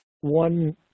one